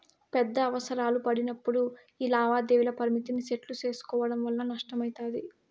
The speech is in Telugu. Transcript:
పెద్ద అవసరాలు పడినప్పుడు యీ లావాదేవీల పరిమితిని సెట్టు సేసుకోవడం వల్ల నష్టమయితది